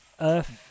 Earth